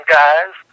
guys